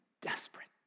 desperate